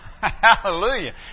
Hallelujah